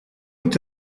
est